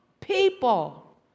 people